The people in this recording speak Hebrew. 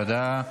תודה.